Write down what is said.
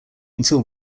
until